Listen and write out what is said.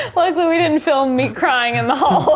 we didn't film me crying in the hallway.